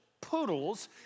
poodles